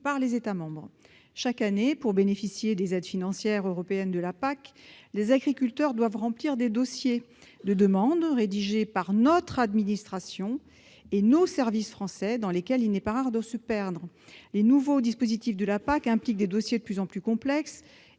par les États membres. Chaque année, pour bénéficier des aides financières européennes de la PAC, les agriculteurs doivent remplir des dossiers de demande, rédigés par l'administration et les services français, dans lesquels il n'est pas rare de se perdre. Les nouveaux dispositifs de la PAC impliquent des dossiers de plus en plus complexes,